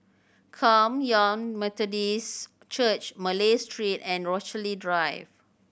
Kum Yan Methodist Church Malay Street and Rochalie Drive